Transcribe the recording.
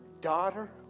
daughter